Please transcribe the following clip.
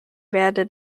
werde